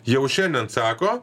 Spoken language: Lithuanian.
jau šiandien sako